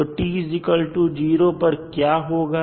तो t0 पर क्या होगा